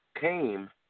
came